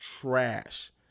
trash